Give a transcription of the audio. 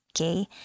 Okay